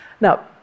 Now